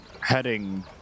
heading